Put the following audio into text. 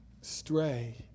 stray